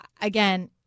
again